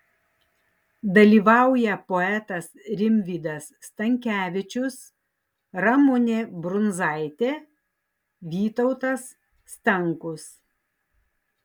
dalyvauja poetas rimvydas stankevičius ramunė brundzaitė vytautas stankus